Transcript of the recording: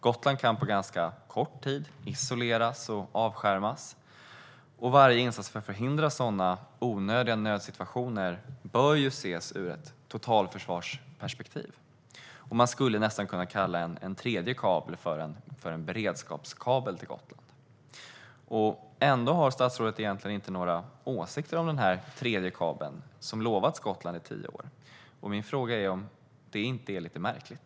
Gotland kan på kort tid isoleras och avskärmas, och varje insats för att förhindra onödiga nödsituationer bör ses ur ett totalförsvarsperspektiv. Man skulle nästan kunna kalla en tredje kabel för en beredskapskabel. Ändå har statsrådet inte några åsikter om den tredje kabeln, som lovats Gotland i tio år. Är det inte lite märkligt?